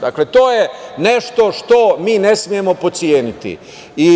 Dakle, to je nešto što mi ne smemo potceniti.